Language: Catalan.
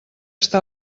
està